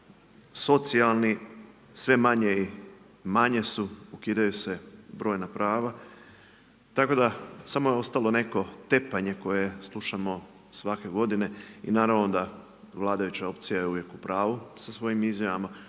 socijalni, sve manje i manje su, ukidaju se brojna prava, tako da samo je ostalo neko tepanje koje slušamo svake g. i naravno da vladajuća opcija je uvijek u pravu sa svojim izjavama,